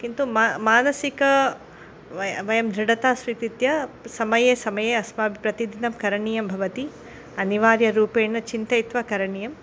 किन्तु मा मानसिकदृढता वयं व स्वीकृत्य समये समये अस्माकं प्रतिदिनं करणीयं भवति अनिवार्यरूपेण चिन्तयित्वा करणीयम्